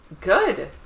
Good